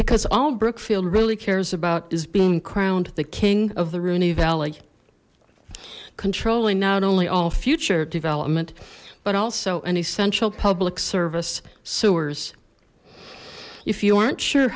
brookfield really cares about is being crowned the king of the rooney valley controlling not only all future development but also an essential public service sewers if you aren't sure